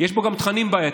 יש בו גם תכנים בעייתיים.